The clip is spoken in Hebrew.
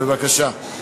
בבקשה.